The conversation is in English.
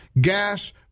Gas